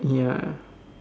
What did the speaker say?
ya